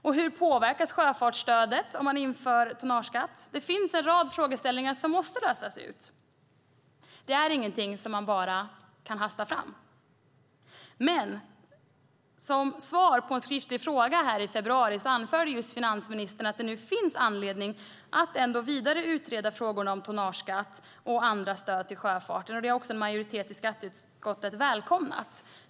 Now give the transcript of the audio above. Och hur påverkas sjöfartsstödet om man inför tonnageskatt? Det finns en rad frågeställningar som måste lösas. Det är inget som man bara kan hasta fram. Som svar på en skriftlig fråga i februari anförde finansministern att det ändå finns anledning att vidare utreda frågan om tonnageskatt och andra stöd till sjöfarten. Det har också en majoritet i skatteutskottet välkomnat.